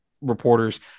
reporters